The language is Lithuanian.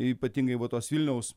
ypatingai va tuos vilniaus